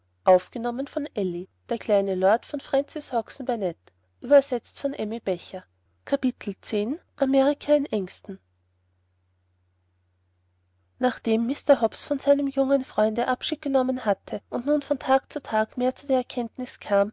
nachdem mr hobbs von seinem jungen freunde abschied genommen hatte und nun von tag zu tage mehr zur erkenntnis kam